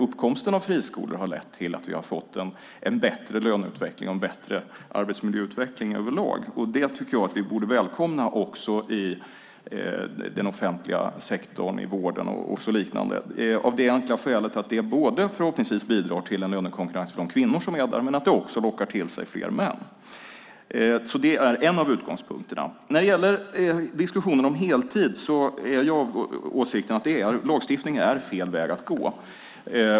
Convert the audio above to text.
Uppkomsten av friskolor har lett till att vi har fått en bättre löneutveckling och en bättre arbetsmiljöutveckling över lag. Det tycker jag att vi borde välkomna också i den offentliga sektorn, i vården och liknande av det enkla skälet att det förhoppningsvis bidrar till lönekonkurrens från kvinnor som är där och att det också lockar till sig fler män. Det är en av utgångspunkterna. När det gäller diskussionen om heltid är jag av åsikten att lagstiftning är fel väg att gå.